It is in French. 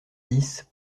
dix